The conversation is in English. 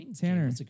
Tanner